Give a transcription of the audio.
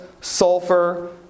sulfur